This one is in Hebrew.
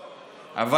אוה.